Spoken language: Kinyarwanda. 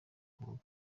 kuvuga